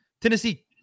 Tennessee